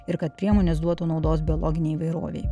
ir kad priemonės duotų naudos biologinei įvairovei